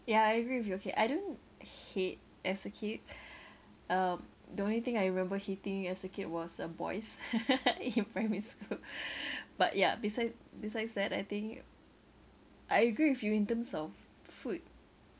yeah I agree with you okay I don't hate as a kid um the only thing I remember hating as a kid was uh boys in primary school but ya beside besides that I think I agree with you in terms of food